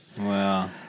Wow